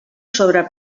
sobre